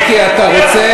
מיקי, אתה רוצה